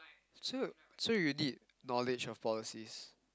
so so you did knowledge of policies